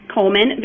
Coleman